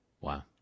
Wow